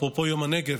אפרופו יום הנגב,